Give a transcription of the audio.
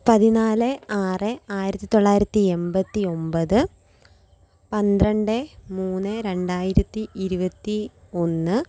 പതിനാല് ആറ് ആയിരത്തി തൊള്ളായിരത്തി എണ്പത്തി ഒമ്പത് പന്ത്രണ്ട് മൂന്ന് രണ്ടായിരത്തി ഇരുപത്തി ഒന്ന്